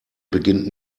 beginnt